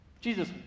Jesus